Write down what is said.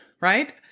right